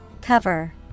Cover